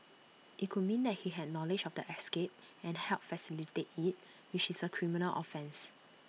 IT could mean that he had knowledge of the escape and helped facilitate IT which is A criminal offence